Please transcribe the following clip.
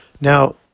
Now